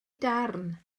darn